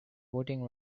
voting